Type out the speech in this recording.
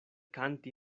kanti